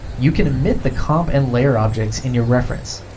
you can omit the comp and layer objects in your reference.